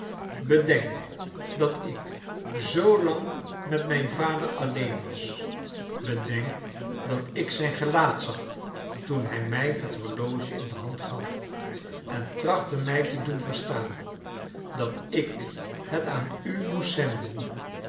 bedenk dat ik zoo lang met mijn vader alleen was bedenk dat ik zrjn crelaat zag toen hij mij het horloge in de hand gaf en trachtte mrj te doen verstaan dat ik het aan u moest zenden